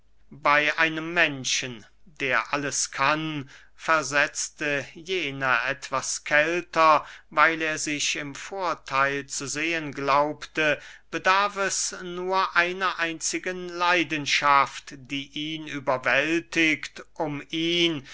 bey einem menschen der alles kann versetzte jener etwas kälter weil er sich im vortheil zu sehen glaubte bedarf es nur einer einzigen leidenschaft die ihn überwältigt um ihn